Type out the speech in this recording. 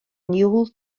niwl